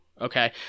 okay